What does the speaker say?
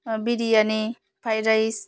biryani fried rice